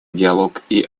диалог